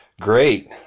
Great